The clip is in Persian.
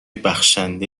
بخشنده